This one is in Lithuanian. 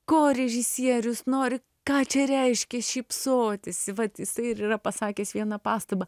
ko režisierius nori ką čia reiškia šypsotis vat jisai ir yra pasakęs vieną pastabą